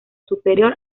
superior